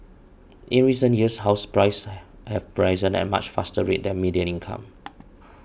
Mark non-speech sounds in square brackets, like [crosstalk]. in recent years house prices [noise] have risen at a much faster rate than median incomes